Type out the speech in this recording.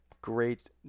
great